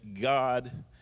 god